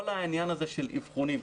כל העניין הזה של אבחונים.